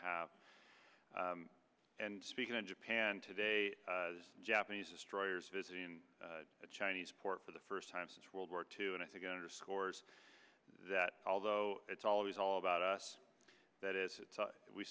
have and speaking in japan today japanese destroyers visiting a chinese port for the first time since world war two and i think it underscores that although it's always all about us that it's